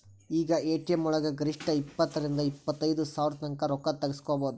ಈಗ ಎ.ಟಿ.ಎಂ ವಳಗ ಗರಿಷ್ಠ ಇಪ್ಪತ್ತರಿಂದಾ ಇಪ್ಪತೈದ್ ಸಾವ್ರತಂಕಾ ರೊಕ್ಕಾ ತಗ್ಸ್ಕೊಬೊದು